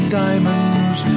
diamonds